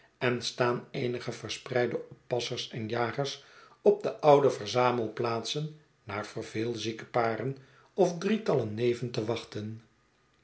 en staan eenige verspreide oppassers en jagers op de oude verzamelplaatsen naar verveelzieke paren of drietallen neven te wachten